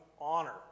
honor